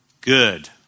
good